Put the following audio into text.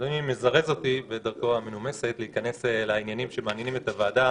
אדוני מזרז אותי בדרכו המנומסת להתכנס לעניינים שמעניינים את הוועדה,